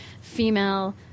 female